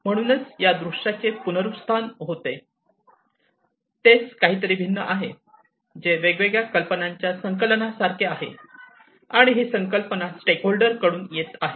म्हणूनच ज्याप्रमाणे या दृश्याचे पुनरुत्थान होते तेच काहीतरी भिन्न आहे जे वेगवेगळ्या कल्पनांच्या संकलनासारखे आहे आणि हा संकल्पना स्टेकहोल्डर कडून येत आहे